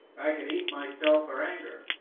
i could eat myself for anger,